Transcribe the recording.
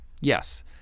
Yes